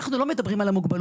אנחנו לא מדברים על המוגבלות,